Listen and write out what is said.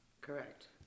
Correct